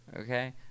okay